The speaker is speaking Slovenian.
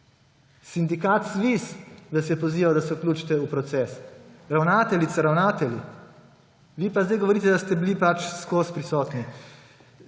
Sindikat SVIZ vas je pozival, da se vključite v proces, ravnateljice, ravnatelji. Vi pa sedaj govorite, da ste bili ves čas prisotni.